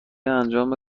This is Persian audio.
انجام